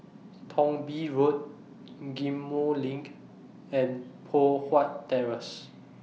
Thong Bee Road Ghim Moh LINK and Poh Huat Terrace